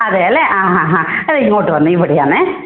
അതെ അല്ലേ ആ ഹാ ഹാ അതിങ്ങോട്ടുവന്നോ ഇവിടെയാണേ